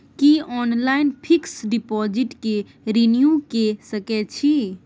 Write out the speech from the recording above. की online fix deposit के renew के सकै छी?